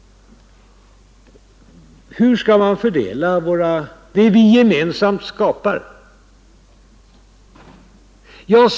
Hur skall man fördela det vi gemensamt skapar?